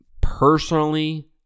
personally